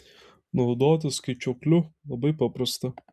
naudotis skaičiuokliu labai paprasta